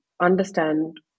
understand